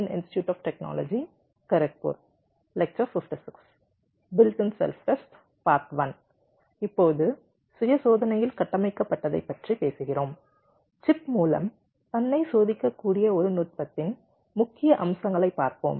இப்போது சுய சோதனையில் கட்டமைக்கப்பட்டதைப் பற்றி பேசுகிறோம் சிப் மூலம் தன்னை சோதிக்கக்கூடிய ஒரு நுட்பத்தின் முக்கிய அம்சங்களைப் பார்ப்போம்